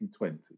2020